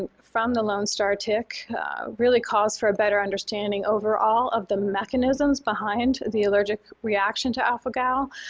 from the lone star tick really calls for a better understanding overall of the mechanisms behind the allergic reaction to alpha-gal,